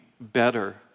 better